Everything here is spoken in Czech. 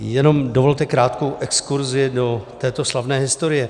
Jenom dovolte krátkou exkurzi do této slavné historie.